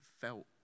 felt